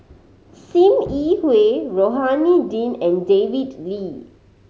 Sim Yi Hui Rohani Din and David Lee